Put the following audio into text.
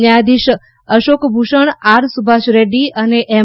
ન્યાયાધીશ અશોક ભૂષણ આર સુભાષ રેડ્ડી અને એમ